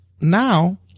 Now